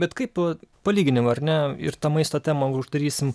bet kaip palyginimui ar ne ir tą maisto temą uždarysim